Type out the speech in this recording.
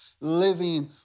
living